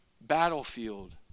battlefield